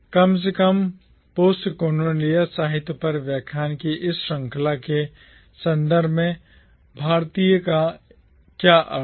कम से कम Postcolonial साहित्य पर व्याख्यान की इस श्रृंखला के संदर्भ में भारतीय का क्या अर्थ है